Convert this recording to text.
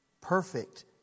perfect